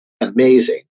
amazing